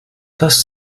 dass